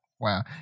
wow